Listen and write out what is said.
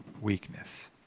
weakness